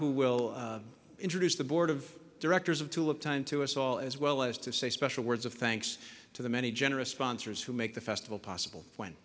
who will introduce the board of directors of tulip time to us all as well as to say special words of thanks to the many generous sponsors who make the festival possible when